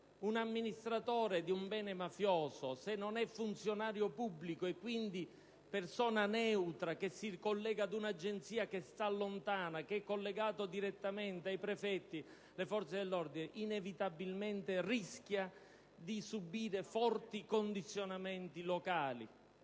un amministratore di un bene mafioso, se non è funzionario pubblico e quindi persona neutra che si collega ad un'Agenzia che sta lontana, che è collegato direttamente ai prefetti, alle forze dell'ordine, inevitabilmente rischia di subire forti condizionamenti locali,